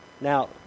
Now